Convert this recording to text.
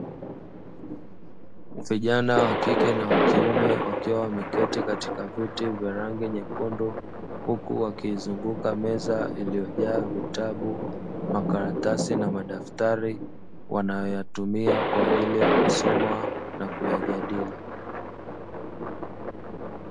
Vijana wa kike na wa kiume wakiwa wameketi katika viti vya rangi nyekundu, huku wakiiuznguka meza iliyojaa vitabu, makaratasi na madaftari wanayoyatumia kwa ajili ya kusoma na kuyajadili.